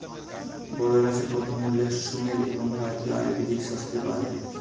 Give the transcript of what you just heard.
বড় এলাচের প্রথম উল্লেখ সুমের এবং ভারতীয় আয়ুর্বেদিক শাস্ত্রে পাওয়া যায়